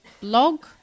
blog